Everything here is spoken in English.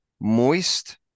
moist